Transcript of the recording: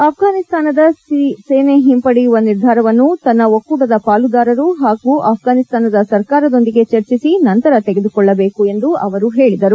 ಅಫ್ಘಾನಿಸ್ತಾನದಿಂದ ಸೇನೆ ಹಿಂಪಡೆಯುವ ನಿರ್ಧಾರವನ್ನು ತನ್ನ ಒಕ್ಕೂಟದ ಪಾಲುದಾರರು ಹಾಗೂ ಅಫ್ಘಾನಿಸ್ತಾನದ ಸರ್ಕಾರದೊಂದಿಗೆ ಚರ್ಚಿಸಿ ನಂತರ ತೆಗೆದುಕೊಳ್ಳಬೇಕು ಎಂದು ಹೇಳಿದರು